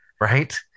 Right